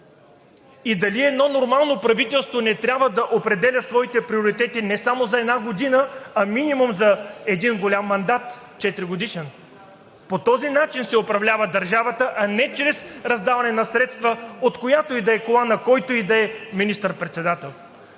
Дали едно нормално правителство не трябва да определя своите приоритети не само за една година, а минимум за един голям четиригодишен мандат? По този начин се управлява държавата, а не чрез раздаване на средства, от която и да е кола, на който и да е министър-председател.